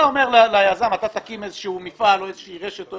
אתה אומר ליזם שהוא יקים איזשהו מפעל או איזושהי רשת או